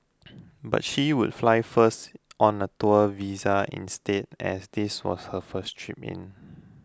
but she would fly first on a tourist visa instead as this was her first trip in